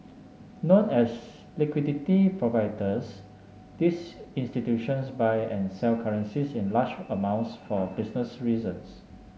known as liquidity providers these institutions buy and sell currencies in large amounts for business reasons